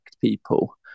people